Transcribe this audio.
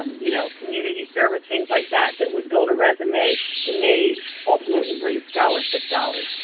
um you know, community service, things like that that would build a resume that may ultimately bring scholarship dollars.